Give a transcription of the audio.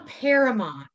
paramount